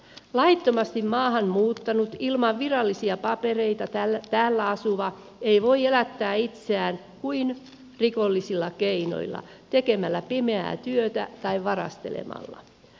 laittomasti maahan muuttanut ilman virallisia papereita täällä asuva ei voi elättää itseään kuin rikollisilla keinoilla tekemällä pimeää työtä tai varastelemalla